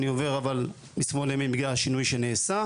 אני עובר משמאל לימין על השינוי שבוצע,